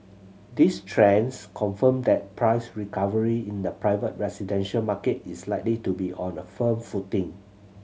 these trends confirm that price recovery in the private residential market is likely to be on a firm footing